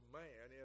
man